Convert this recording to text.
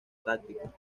táctica